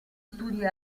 studi